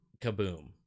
kaboom